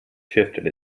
shifted